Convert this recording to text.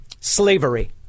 slavery